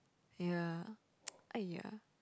ya !aiya!